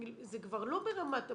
זה כבר לא ברמת המוסד.